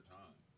time